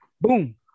boom